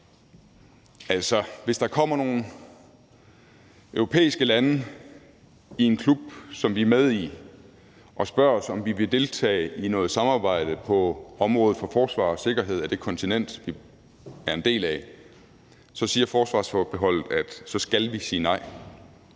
hvis der kommer nogle europæiske lande i en klub, som vi er med i, og spørger os, om vi vil deltage i noget samarbejde på området for forsvar og sikkerhed på det kontinent, vi er en del af, så siger forsvarsforbeholdet, at vi skal sige nej.